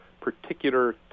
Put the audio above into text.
particular